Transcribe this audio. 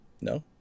No